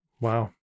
Wow